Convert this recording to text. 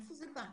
מאיפה זה בא,